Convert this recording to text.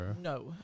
No